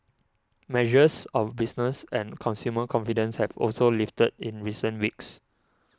measures of business and consumer confidence have also lifted in recent weeks